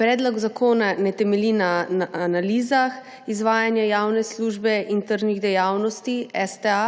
Predlog zakona ne temelji na analizah izvajanja javne službe in tržnih dejavnosti STA,